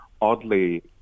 oddly